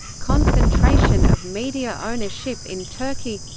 concentration of media ownership in turkey